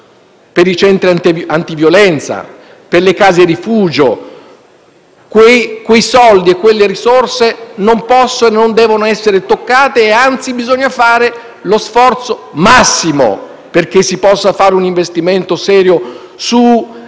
per i centri antiviolenza e per le case rifugio. Quelle risorse non possono e non devono essere toccate e, anzi, bisogna fare lo sforzo massimo affinché si possa fare un investimento serio su